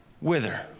wither